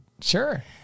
Sure